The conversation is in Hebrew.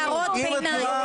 הערות ביניים,